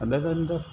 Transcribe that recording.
ಅದಗಂದ